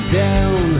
down